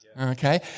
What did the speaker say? Okay